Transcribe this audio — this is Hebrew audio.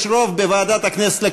יש רוב בוועדת הכנסת לקואליציה.